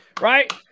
Right